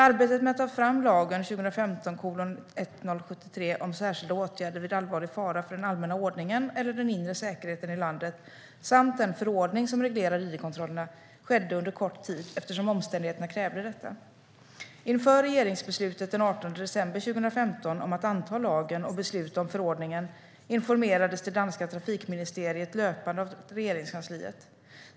Arbetet med att ta fram lagen om särskilda åtgärder vid allvarlig fara för den allmänna ordningen eller den inre säkerheten i landet samt den förordning som reglerar id-kontrollerna skedde under kort tid eftersom omständigheterna krävde detta. Inför regeringsbeslutet den 18 december 2015 om att anta lagen och besluta om förordningen informerades det danska Trafikministeriet löpande av Regeringskansliet.